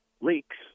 leaks